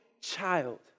child